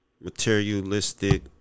materialistic